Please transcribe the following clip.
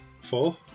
Four